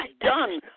done